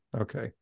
Okay